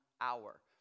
hour